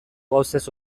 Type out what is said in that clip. gauzez